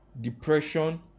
depression